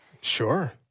Sure